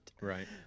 right